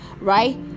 right